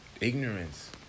Ignorance